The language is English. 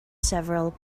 several